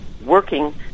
working